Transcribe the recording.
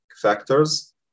factors